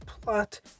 plot